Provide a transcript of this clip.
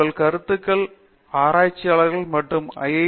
உங்கள் கருத்துக்கள் ஆராய்ச்சியாளர்கள் மற்றும் ஐ